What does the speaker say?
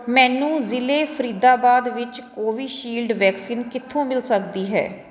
ਮੈਨੂੰ ਜ਼ਿਲ੍ਹੇ ਫਰੀਦਾਬਾਦ ਵਿੱਚ ਕੋਵਿਸ਼ੀਲਡ ਵੈਕਸੀਨ ਕਿੱਥੋਂ ਮਿਲ ਸਕਦੀ ਹੈ